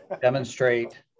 demonstrate